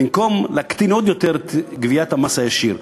במקום להקטין עוד יותר את גביית המס הישיר.